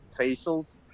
facials